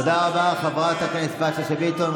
תודה רבה, חברת הכנסת יפעת שאשא ביטון.